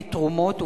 מתרומות,